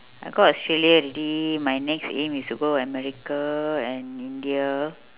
I go australia already my next aim is to go america and india